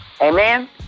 Amen